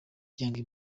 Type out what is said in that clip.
young